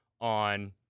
on